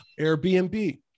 Airbnb